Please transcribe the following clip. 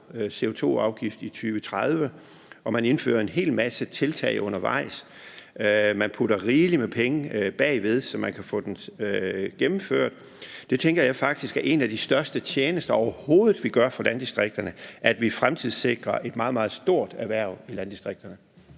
CO2-afgift i 2030 og en hel masse tiltag undervejs og putter rigeligt med penge bagved, så vi kan få den gennemført, faktisk er en af de største tjenester, vi overhovedet gør for landdistrikterne, altså at vi fremtidssikrer et meget, meget stort erhvervsliv i landdistrikterne.